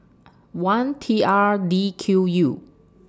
one T R D Q U